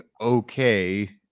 okay